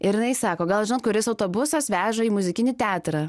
ir jinai sako gal žinot kuris autobusas veža į muzikinį teatrą